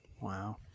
Wow